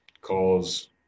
calls